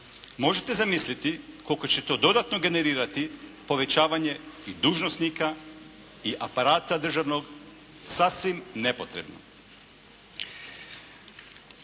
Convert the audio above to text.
Možete zamisliti koliko će to dodatno generirati povećavanje i dužnosnika i aparata državnog sasvim nepotrebno.